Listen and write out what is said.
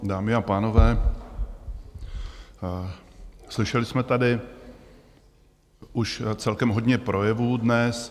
Dámy a pánové, slyšeli jsme tady už celkem hodně projevů dnes.